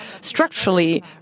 structurally